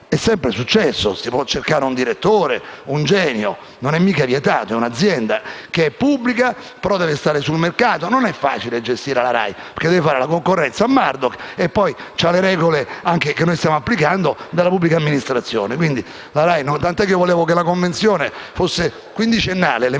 è sempre successo: si può cercare un direttore, un genio, non è mica vietato. La RAI è un'azienda pubblica che deve però stare sul mercato. Non è facile gestire la RAI perché deve fare la concorrenza a Murdoch e deve sottostare alle regole, che noi stiamo applicando, della pubblica amministrazione (tant'è che volevo che la convenzione fosse quindicennale, ma